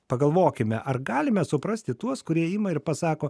pagalvokime ar galime suprasti tuos kurie ima ir pasako